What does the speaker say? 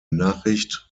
nachricht